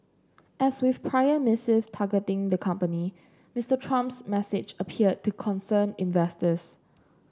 as with prior missives targeting the company Mister Trump's message appeared to concern investors